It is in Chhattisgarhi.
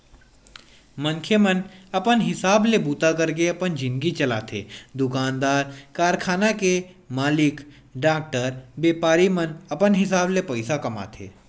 मनखे मन अपन हिसाब ले बूता करके अपन जिनगी चलाथे दुकानदार, कारखाना के मालिक, डॉक्टर, बेपारी मन अपन हिसाब ले पइसा कमाथे